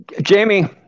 Jamie